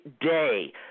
day